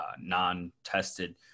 non-tested